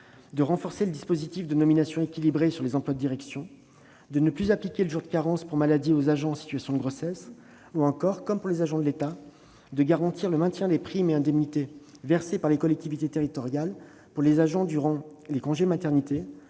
de renforcer le dispositif de nominations équilibrées aux emplois de direction, de ne plus appliquer le jour de carence pour maladie aux agents en situation de grossesse, ou encore, comme pour les agents de l'État, de garantir le maintien des primes et des indemnités versées par les collectivités territoriales pour les agents durant les congés pour maternité,